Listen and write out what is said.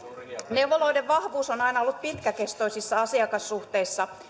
neuvoloiden vahvuus on aina ollut pitkäkestoisissa asiakassuhteissa